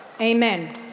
Amen